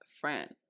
friend